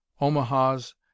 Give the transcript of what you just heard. omahas